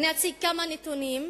אני אציג כמה נתונים,